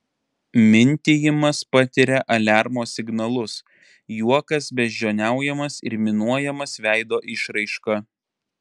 mintijimas patiria aliarmo signalus juokas beždžioniaujamas ir minuojamas veido išraiška